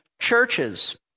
churches